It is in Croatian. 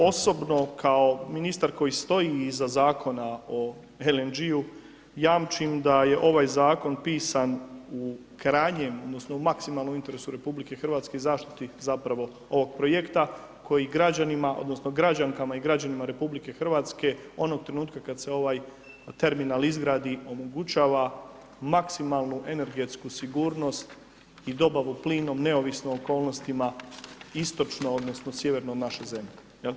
Osobno kao ministar koji stoji iza Zakona o LNG-um jamčim da je ovaj zakon pisan u krajnjem odnosno u maksimalnom interesu RH i zaštiti zapravo ovog projekta koji građanima odnosno građankama i građanima RH u nonom trenutku kad se ovaj terminal izgradi, omogućava maksimalnu energetsku sigurnost i dobavu plinom neovisno o okolnostima istočno odnosno sjeverno od naše zemlje.